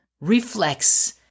reflex